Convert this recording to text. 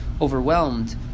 overwhelmed